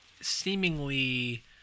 seemingly